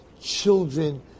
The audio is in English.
children